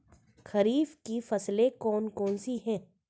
खरीफ की फसलें कौन कौन सी हैं?